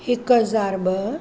हिकु हज़ारु ॿ